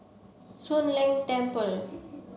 Soon Leng Temple